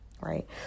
right